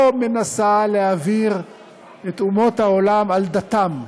לא מנסה להעביר את אומות העולם על דתן,